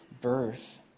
birth